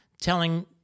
telling